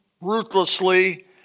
ruthlessly